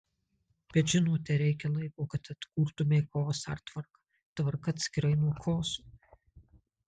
bet žinote reikia laiko kad atkurtumei chaosą ir tvarką tvarka atskirai nuo chaoso